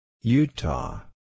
Utah